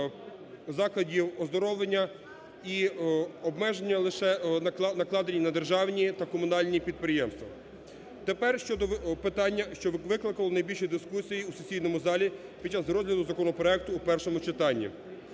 закладів оздоровлення і обмеження лише накладені на державні та комунальні підприємства. Тепер щодо питання, що викликало найбільші дискусії у сесійному залі під час розгляду законопроекту у першому читанні.